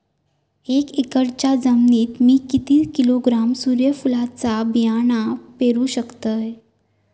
एक एकरच्या जमिनीत मी किती किलोग्रॅम सूर्यफुलचा बियाणा पेरु शकतय?